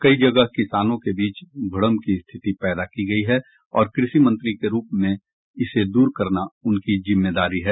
कई जगह किसानों के बीच भ्रम की स्थिति पैदा की गई है और कृषिमंत्री के रूप में इसे दूर करना उनकी जिम्मेदारी है